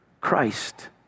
Christ